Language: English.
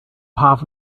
have